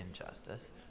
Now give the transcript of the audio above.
injustice